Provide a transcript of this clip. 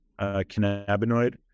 cannabinoid